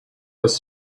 was